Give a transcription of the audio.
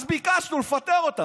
אז ביקשנו לפטר אותה.